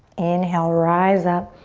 inhale, rise up.